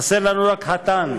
חסר לנו רק חתן.